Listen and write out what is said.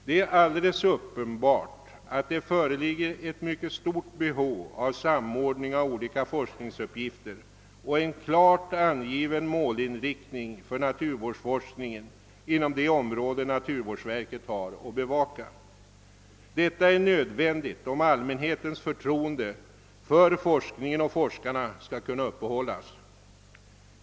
Det är alldeles uppenbart att det föreligger ett mycket stort behov av samordning av olika forskningsuppgifter och en klart angiven målinriktning för naturvårdsforskningen inom det område naturvårdsverket har att bevaka. Detta är nödvändigt om allmänhetens förtroende för forskningen och forskarna skall kunna uppehållas.